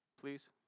Please